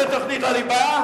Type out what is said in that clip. זה תוכנית הליבה?